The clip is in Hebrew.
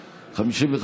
הסתייגות.